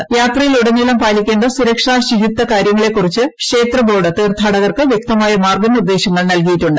സംരക്ഷണത്തിന് യാത്രയിലുടനീളം പാലിക്കേണ്ട സുരക്ഷാ ശുചിത്വ കാര്യങ്ങളെക്കുറിച്ച് ക്ഷേത്രബോർഡ് തീർത്ഥാടകർക്ക് വ്യക്തമായ മാർഗ്ഗ നിർദ്ദേശങ്ങൾ നൽകിയിട്ടുണ്ട്